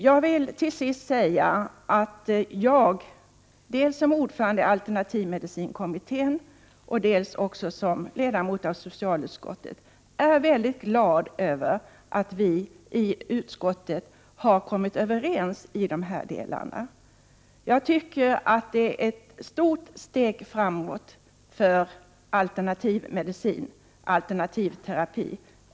Till sist vill jag säga att jag dels som ordförande i alternativmedicinkommittén, dels som ledamot i socialutskottet är glad över att vi i utskottet har kommit överens i dessa frågor. Jag tycker att det är ett stort steg framåt för alternativmedicinen och alternativterapin.